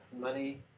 money